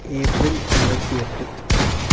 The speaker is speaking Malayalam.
ഏപ്രിൽ ഇരുപത്തി എട്ട്